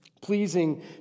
pleasing